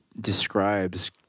describes